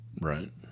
Right